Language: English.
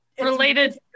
related